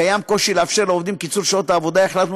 כי אני מאמין שאפשר למצוא שותפים.